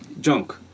Junk